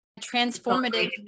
transformative